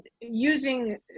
using